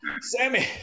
Sammy